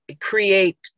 create